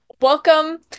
welcome